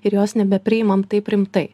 ir jos nebepriimam taip rimtai